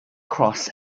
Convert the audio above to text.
cross